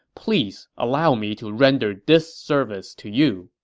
please allow me to render this service to you.